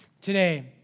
today